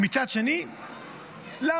מצד שני, למה?